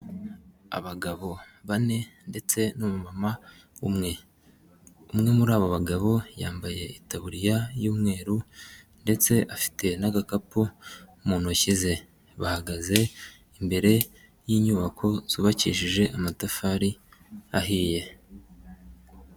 Abagabo bane ndetse n'umumama umwe, umwe muri abo bagabo yambaye itaburiya y'umweru ndetse afite n'agakapu mu ntoki ze, bahagaze imbere y'inyubako zubakishije amatafari ahiye.